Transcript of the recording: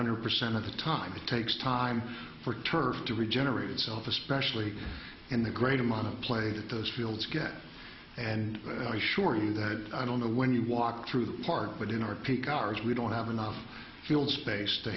hundred percent of the time it takes time for turf to regenerate itself especially in the great amount of played it does fields get and i shortened that i don't know when you walk through the park but in our peak hours we don't have enough field space to